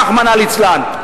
רחמנא ליצלן.